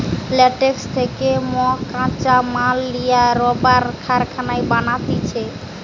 latex থেকে মকাঁচা মাল লিয়া রাবার কারখানায় বানাতিছে